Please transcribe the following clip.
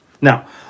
Now